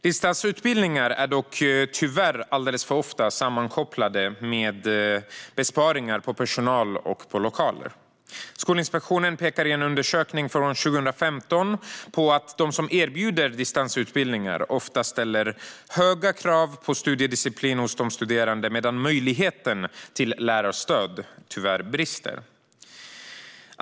Distansutbildningar är dock tyvärr alldeles för ofta sammankopplade med besparingar på personal och lokaler. Skolinspektionen pekar i en undersökning från 2015 på att de som erbjuder distansutbildningar ofta ställer höga krav på studiedisciplin hos de studerande, medan möjligheten till lärarstöd tyvärr brister.